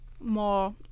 more